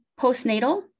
Postnatal